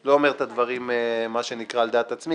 לא אומר את הדברים על דעת עצמי,